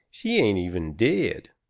she ain't even dead.